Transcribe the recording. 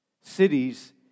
Cities